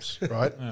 right